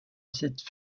cette